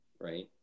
Right